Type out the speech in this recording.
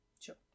sure